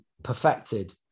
perfected